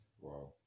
Wow